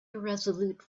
irresolute